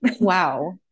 Wow